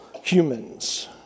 humans